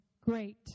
Great